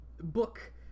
book